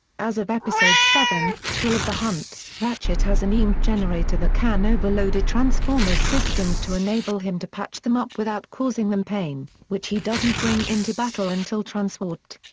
as of episode seven, thrill of the hunt, ratchet has an emp generator that can overload a transformer's systems to enable him to patch them up without causing them pain, which he doesn't bring into battle until transwarped.